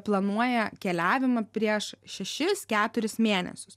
planuoja keliavimą prieš šešis keturis mėnesius